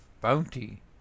bounty